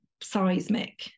seismic